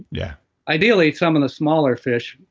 yeah ideally, some of the smaller fish